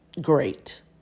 great